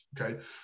Okay